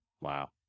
wow